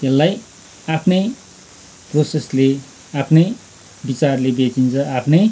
त्यसलाई आफ्नै प्रोसेसले आफ्नै विचारले बेचिन्छ आफ्नै